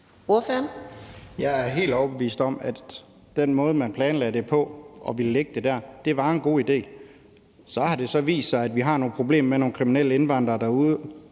Jeg er helt overbevist om, at den måde, man planlagde at lægge det dér på, var en god idé. Så har det så vist sig, at vi har nogle problemer med nogle kriminelle indvandrere derude,